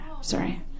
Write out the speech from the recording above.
sorry